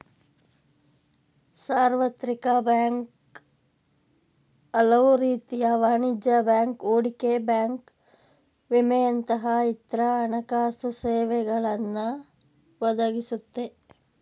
ಸಾರ್ವತ್ರಿಕ ಬ್ಯಾಂಕ್ ಹಲವುರೀತಿಯ ವಾಣಿಜ್ಯ ಬ್ಯಾಂಕ್, ಹೂಡಿಕೆ ಬ್ಯಾಂಕ್ ವಿಮೆಯಂತಹ ಇತ್ರ ಹಣಕಾಸುಸೇವೆಗಳನ್ನ ಒದಗಿಸುತ್ತೆ